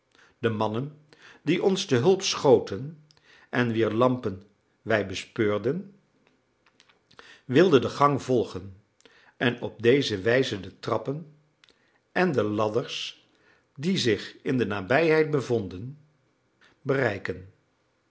de mannen die ons te hulp schoten en wier lampen wij bespeurden wilden de gang volgen en op deze wijze de trappen en de ladders die zich in de nabijheid bevonden bereiken